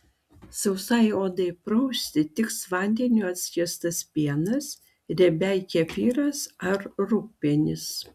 sausai odai prausti tiks vandeniu atskiestas pienas riebiai kefyras ar rūgpienis